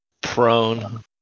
Prone